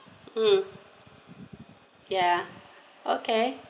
mm ya okay